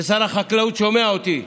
ושר החקלאות שומע אותי.